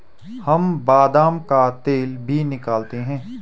हम बादाम का तेल भी निकालते हैं